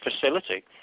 facility